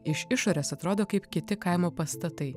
iš išorės atrodo kaip kiti kaimo pastatai